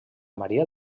maria